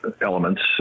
elements